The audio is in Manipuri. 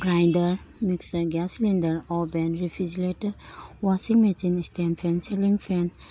grinder gas cylinder oven refrigerator washing machine stand fan ceiling fan